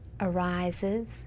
arises